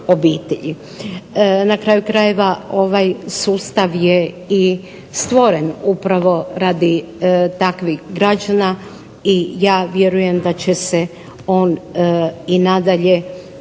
Na kraju krajeva ovaj sustav je i stvoren upravo radi takvih građana i ja vjerujem da će se on i nadalje